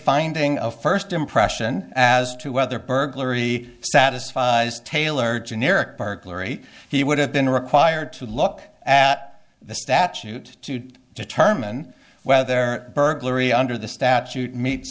finding of first impression as to whether burglary satisfies tailored generic burglary he would have been required to look at the statute to determine whether there burglary under the statute meets